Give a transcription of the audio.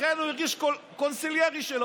לכן הוא הרגיש קונסיליירי שלו,